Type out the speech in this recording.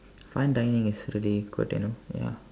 fine dining is really good you know ya